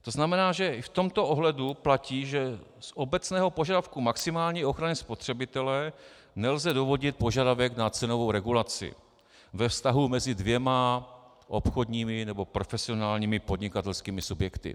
To znamená, že i v tomto ohledu platí, že z obecného požadavku maximální ochrany spotřebitele nelze dovodit požadavek na cenovou regulaci ve vztahu mezi dvěma obchodními nebo profesionálními podnikatelskými subjekty.